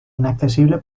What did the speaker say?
inaccesible